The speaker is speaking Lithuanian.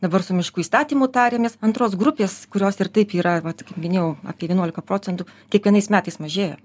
dabar su miškų įstatymu tariamės antros grupės kurios ir taip yra vat kaip minėjau apie vienuolika procentų kiekvienais metais mažėja